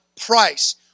price